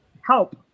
help